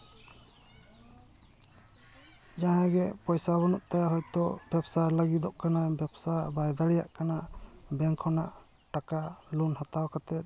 ᱡᱟᱦᱟᱸᱭ ᱜᱮ ᱯᱚᱭᱥᱟ ᱵᱟᱹᱱᱩᱜ ᱛᱟᱭᱟ ᱦᱚᱭᱛᱳ ᱵᱮᱵᱽᱥᱟ ᱞᱟᱹᱜᱤᱫᱚᱜ ᱠᱟᱱᱟᱭ ᱵᱮᱵᱥᱟ ᱞᱟᱹᱤᱫᱚᱜ ᱠᱟᱱᱟᱭ ᱵᱮᱵᱽᱥᱟ ᱵᱟᱭ ᱫᱟᱹᱲᱮᱭᱟᱜ ᱠᱟᱱᱟ ᱵᱮᱝᱠ ᱠᱷᱚᱱᱟᱜ ᱴᱟᱠᱟ ᱞᱳᱱ ᱦᱟᱛᱟᱣ ᱠᱟᱛᱮᱫ